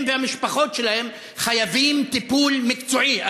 הם והמשפחות שלהם חייבים טיפול מקצועי,